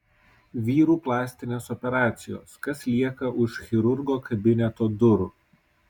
vyrų plastinės operacijos kas lieka už chirurgo kabineto durų